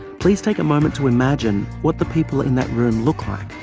please take a moment to imagine what the people in that room look like.